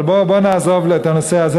אבל בואו נעזוב את הנושא הזה,